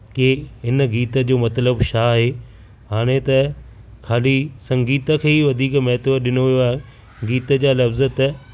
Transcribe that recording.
की हिन गीत जो मतिलब छा आहे हाणे त ख़ाली संगीत खे ई वधीक महत्व ॾिनो वियो आहे गीत जा लफ़्ज़ त